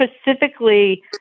specifically